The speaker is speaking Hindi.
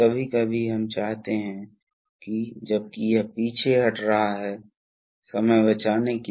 केंद्र में स्थिति क्या है केंद्र में यह पंप पोर्ट सीधे टैंक से जुड़ा हुआ है